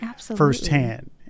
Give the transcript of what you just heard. firsthand